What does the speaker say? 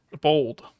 Bold